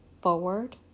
forward